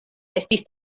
estis